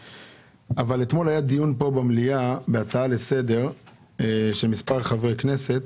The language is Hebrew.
אתמול היה דיון במליאה בהצעת לסדר של מספר חברי כנסת